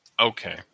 Okay